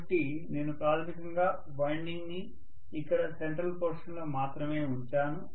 కాబట్టి నేను ప్రాథమికంగా వైండింగ్ ని ఇక్కడ సెంట్రల్ పోర్షన్ లో మాత్రమే ఉంచాను